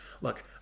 look